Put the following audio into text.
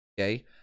Okay